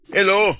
Hello